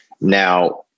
Now